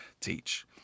teach